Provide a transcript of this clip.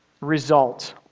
result